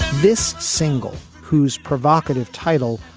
this single whose provocative title.